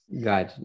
Got